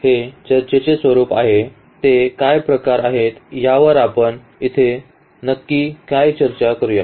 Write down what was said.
हे चर्चेचे स्वरूप काय आहे ते काय प्रकार आहेत यावर आपण इथे नक्की काय चर्चा करूया